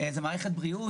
מערכת הבריאות,